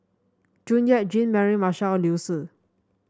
June Yap Jean Mary Marshall and Liu Si